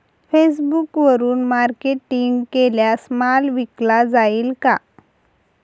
फेसबुकवरुन मार्केटिंग केल्यास माल विकला जाईल का?